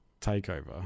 takeover